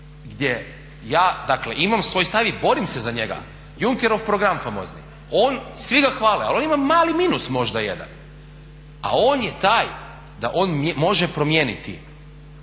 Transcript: gdje ja dakle imam svoj stav i borim se za njega, Junkerov program famozni. Svi ga hvale, ali on ima mali minus možda jedan, on je taj da on može promijeniti,